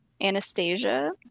Anastasia